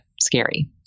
scary